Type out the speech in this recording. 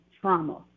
trauma